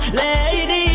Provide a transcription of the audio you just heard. lady